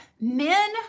men